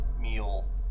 meal